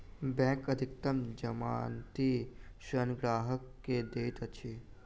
bank अधिकतम जमानती ऋण ग्राहक के दैत अछि